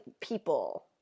people